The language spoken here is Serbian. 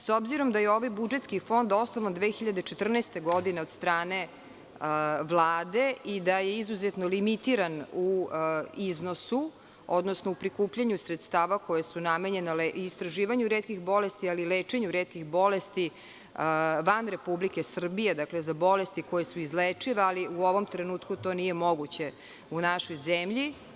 S obzirom da je ovaj budžetski fond osnovan 2014. godine od strane Vlade i da je izuzetno limitiran u iznosu, odnosno u prikupljanju sredstava koja su namenjena istraživanju retkih bolesti, ali i lečenju retkih bolesti i bolesti van Republike Srbije, dakle za bolesti koje su izlečive, ali u ovom trenutku to nije moguće u našoj zemlji.